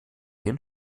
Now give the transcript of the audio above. den